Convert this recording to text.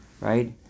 right